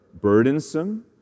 burdensome